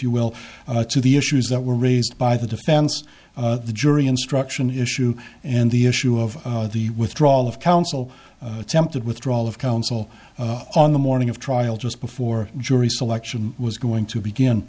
you will to the issues that were raised by the defense the jury instruction issue and the issue of the withdrawal of counsel attempted withdrawal of counsel on the morning of trial just before jury selection was going to begin